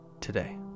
today